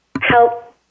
help